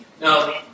Now